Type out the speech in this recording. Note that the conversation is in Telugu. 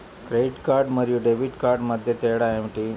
క్రెడిట్ కార్డ్ మరియు డెబిట్ కార్డ్ మధ్య తేడా ఏమిటి?